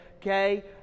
okay